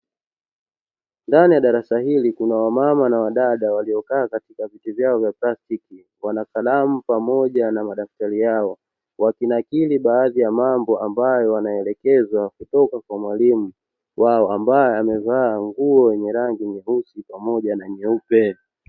Ndani ya darasa hili kuna wamama na wadada, waliokaa katika viti vyao vya plastiki. Wana kalamu pamoja na madaftari yao wakinakili baadhi ya mambo ambayo wanaelekezwa kutoka kwa mwalimu wao; ambaye amevaa nguo yenye rangi nyeusi pamoja na nyeupe.